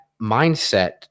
mindset